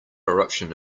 eruption